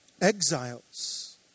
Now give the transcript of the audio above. exiles